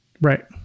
Right